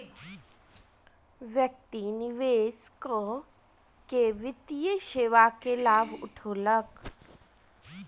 व्यक्ति निवेश कअ के वित्तीय सेवा के लाभ उठौलक